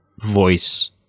voice